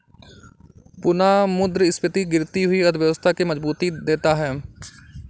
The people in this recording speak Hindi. पुनःमुद्रस्फीति गिरती हुई अर्थव्यवस्था के मजबूती देता है